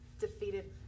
defeated